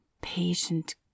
patient